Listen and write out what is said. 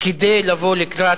כדי לבוא לקראת,